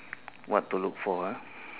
what to look for ah